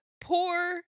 poor